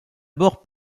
bord